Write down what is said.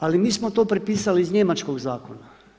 Ali mi smo to prepisali iz njemačkog zakona.